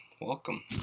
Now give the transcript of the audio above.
Welcome